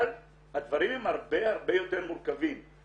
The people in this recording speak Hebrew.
אבל הדברים הם הרבה הרבה יותר מורכבים.